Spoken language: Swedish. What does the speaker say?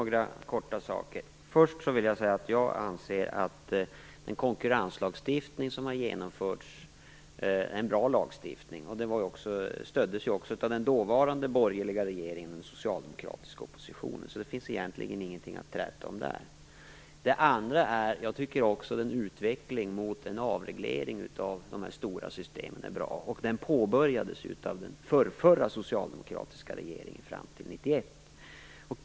Fru talman! Först vill jag säga att jag anser att den konkurrenslagstiftning som har genomförts är en bra lagstiftning. Den stöddes ju också av den dåvarande borgerliga regeringen och den socialdemokratiska oppositionen. Det finns egentligen ingenting att träta om där. Jag tycker också att en utveckling mot en avreglering av de stora systemen är bra. Den påbörjades ju av den förra socialdemokratiska regeringen fram till 1991.